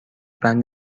بند